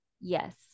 Yes